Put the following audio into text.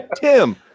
Tim